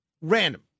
Random